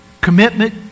commitment